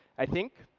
i think.